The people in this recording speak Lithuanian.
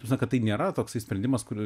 na kad tai nėra toksai sprendimas kur